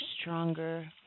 stronger